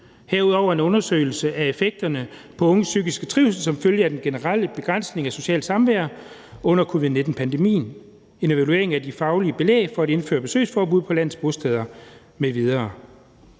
foreslås en undersøgelse af effekterne på unges psykiske trivsel som følge af den generelle begrænsning af socialt samvær under covid-19-pandemien samt en evaluering af det faglige belæg for at indføre besøgsforbud på landets bo steder m.v.